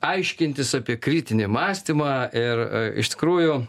aiškintis apie kritinį mąstymą ir iš tikrųjų